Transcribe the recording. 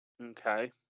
Okay